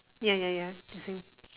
ya ya ya the same